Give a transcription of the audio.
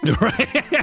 Right